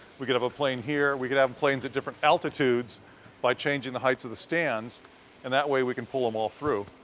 we could have a plane here, we could have planes at different altitudes by changing the heights of the stands and that way we could pull them all through.